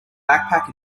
backpack